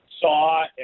saw